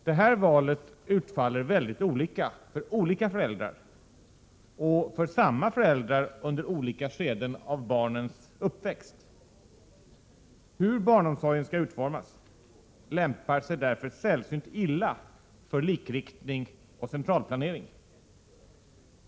Det valet utfaller mycket olika för olika föräldrar samt även för samma föräldrar under olika skeden av barnens uppväxt. Utformningen av barnomsorgen lämpar sig därför sällsynt illa för likriktning och centralplanering.